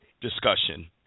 discussion